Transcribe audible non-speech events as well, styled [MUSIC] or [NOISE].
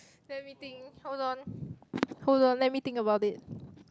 let me think hold on [BREATH] hold on let me think about it